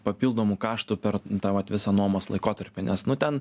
papildomų kaštų per tą vat visą nuomos laikotarpį nes nu ten